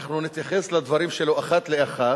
אנחנו נתייחס לדברים שלו אחד לאחד,